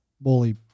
bully